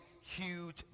huge